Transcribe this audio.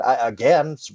again